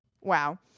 Wow